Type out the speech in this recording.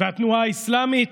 והתנועה האסלאמית,